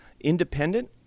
independent